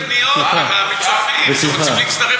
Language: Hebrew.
אני מקבל פניות מצופים שרוצים להצטרף